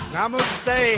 Namaste